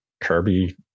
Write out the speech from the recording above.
Kirby